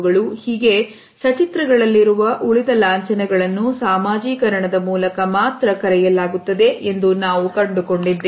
ಹೀಗೆ ಸಚಿತ್ರಗಳಲ್ಲಿರುವ ಉಳಿದ ಲಾಂಛನಗಳನ್ನು ಸಾಮಾಜೀಕರಣದ ಮೂಲಕ ಮಾತ್ರ ಕರೆಯಲಾಗುತ್ತದೆ ಎಂದು ನಾವು ಕಂಡುಕೊಂಡಿದ್ದೇವೆ